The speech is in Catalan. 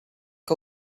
que